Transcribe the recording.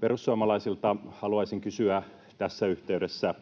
Perussuomalaisilta haluaisin kysyä tässä yhteydessä: